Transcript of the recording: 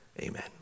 amen